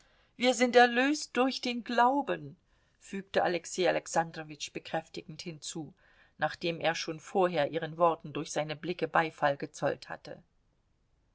wir sind erlöst durch den glauben fügte alexei alexandrowitsch bekräftigend hinzu nachdem er schon vorher ihren worten durch seine blicke beifall gezollt hatte